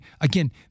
again